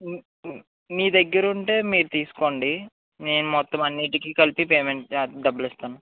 మీ మీ మీ దగ్గర ఉంటే మీరు తీసుకోండి నేను మొత్తం అన్నిటికి కలిపి పేమెంట్ డబ్బులు ఇస్తాను